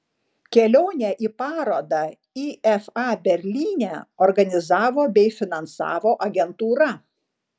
kelionę į parodą ifa berlyne organizavo bei finansavo agentūra